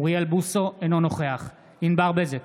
אינו נוכח ענבר בזק,